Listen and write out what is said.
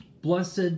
Blessed